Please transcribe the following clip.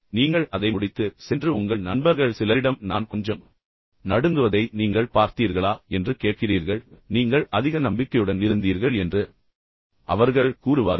எனவே நீங்கள் அதை முடித்து பின்னர் சென்று உங்கள் நண்பர்கள் சிலரிடம் நான் கொஞ்சம் நடுங்குவதை நீங்கள் பார்த்தீர்களா என்று கேட்கிறீர்கள் கிட்டத்தட்ட அனைவரும் நீங்கள் இவ்வளவு நம்பிக்கையுடன் இருப்பதை நாங்கள் பார்த்ததில்லை என்று உங்களுக்குச் சொல்வார்கள்